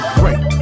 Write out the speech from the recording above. great